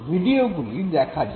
ভিডিওগুলি দেখা যাক